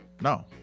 No